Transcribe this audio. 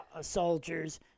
soldiers